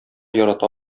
ярата